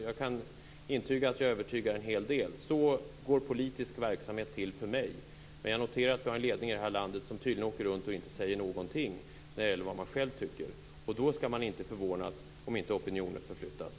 Jag kan intyga att jag övertygar en hel del. Så går politisk verksamhet till för mig. Men jag noterar att vi har en ledning i det här landet som tydligen åker runt och inte säger någonting om vad de själva tycker. Då skall man inte förvånas om inte opinionen förflyttas.